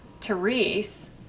Therese